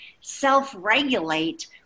self-regulate